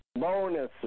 bonuses